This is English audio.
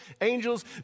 angels